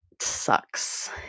sucks